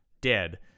dead